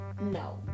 No